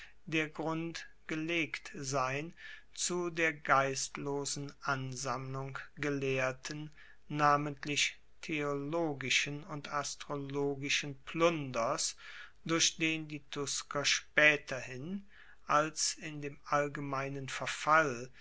der grund gelegt sein zu der geistlosen ansammlung gelehrten namentlich theologischen und astrologischen plunders durch den die tusker spaeterhin als in dem allgemeinen verfall